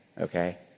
okay